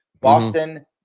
Boston